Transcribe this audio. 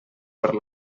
per